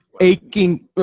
aching